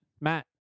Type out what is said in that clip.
Matt